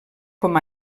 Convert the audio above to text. com